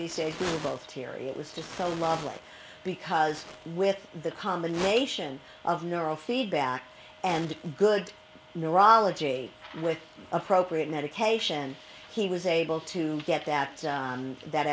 these days with both terri it was just so lovely because with the combination of neurofeedback and good neurology with appropriate medication he was able to get back to that